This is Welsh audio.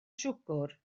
siwgr